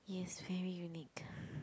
yes very unique